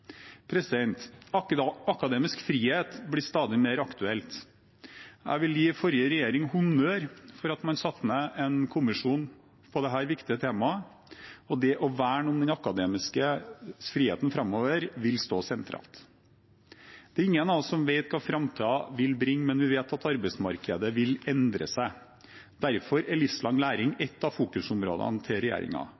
Akademisk frihet blir stadig mer aktuelt. Jeg vil gi forrige regjering honnør for at man satte ned en kommisjon for dette viktige temaet. Det å verne om den akademiske friheten vil stå sentralt framover. Det er ingen av oss som vet hva framtiden vil bringe, men vi vet at arbeidsmarkedet vil endre seg. Derfor er livslang læring